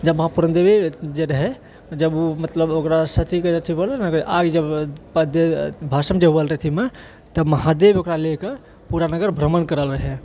जब माँ पूरन देवी जे रहए जब ओ मतलब ओकरा सती जब भसम जे होल रहए अथिमे तब महादेव ओकरा लए कऽ पूरानगर भ्रमण करल रहए